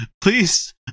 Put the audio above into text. please